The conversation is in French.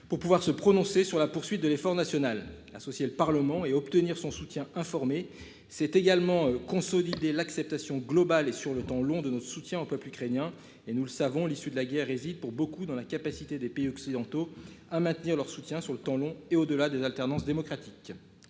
pour pouvoir se prononcer sur la poursuite de l'effort national associer le Parlement et obtenir son soutien informé c'est également consolider l'acceptation globale et sur le temps long de notre soutien au peuple ukrainien et nous le savons, l'issue de la guerre hésite pour beaucoup dans la capacité des pays occidentaux à maintenir leur soutien sur le temps long et au-delà des alternances démocratiques.